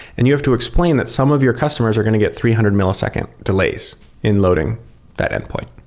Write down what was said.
and you have to explain that some of your customers are going to get three hundred millisecond delays in loading that endpoint.